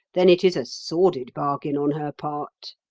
then it is a sordid bargain on her part.